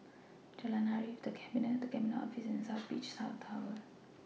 Jalan Arif The Cabinet and Cabinet Office and South Beach South Tower